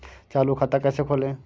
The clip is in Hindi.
चालू खाता कैसे खोलें?